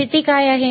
स्थिती काय आहे